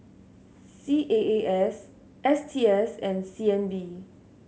C A A S S T S and C N B